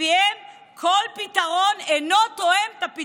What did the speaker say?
לפיהם כל פתרון שאינו תואם ב-100% את